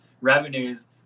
revenues